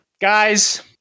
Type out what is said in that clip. guys